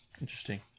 Interesting